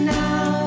now